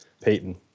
Peyton